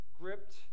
gripped